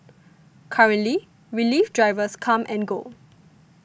currently relief drivers come and go